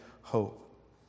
hope